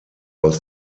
aus